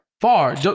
Far